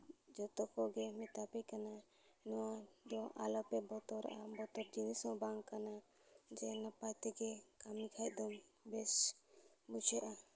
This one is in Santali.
ᱡᱚᱛᱚ ᱠᱚᱜᱮ ᱢᱮᱛᱟᱯᱮ ᱠᱟᱹᱱᱟᱹᱧ ᱱᱚᱣᱟᱫᱚ ᱟᱞᱚᱯᱮ ᱵᱚᱛᱚᱨᱟᱜᱼᱟ ᱵᱚᱛᱚᱨ ᱡᱤᱱᱤᱥ ᱦᱚᱸ ᱵᱟᱝ ᱠᱟᱱᱟ ᱡᱮ ᱱᱟᱯᱟᱭ ᱛᱮᱜᱮ ᱠᱟᱹᱢᱤ ᱠᱷᱟᱡ ᱫᱚᱢ ᱵᱮᱥ ᱵᱩᱡᱷᱟᱹᱜᱼᱟ